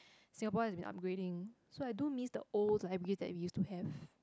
Singapore has been upgrading so I do miss the old libraries that we used to have